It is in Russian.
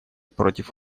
против